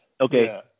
Okay